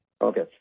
Okay